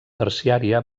terciària